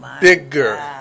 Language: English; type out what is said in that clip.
bigger